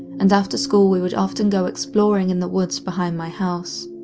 and after school we would often go exploring and the woods behind my house.